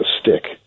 stick